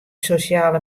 sosjale